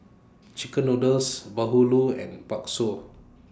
Chicken Noodles Bahulu and Bakso